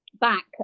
back